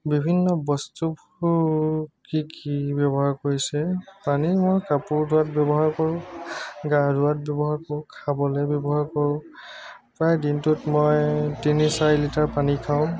বিভিন্ন বস্তুবোৰ কি কি ব্যৱহাৰ কৰিছে পানী মই কাপোৰ ধোৱাত ব্যৱহাৰ কৰো গা ধোৱাত ব্যৱহাৰ কৰো খাবলৈ ব্যৱহাৰ কৰো প্ৰায় দিনটোত মই তিনি চাৰি লিটাৰ পানী খাওঁ